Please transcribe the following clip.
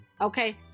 Okay